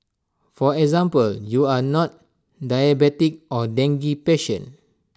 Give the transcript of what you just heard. for example you are not diabetic or dengue patient